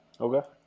Okay